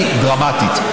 היא דרמטית.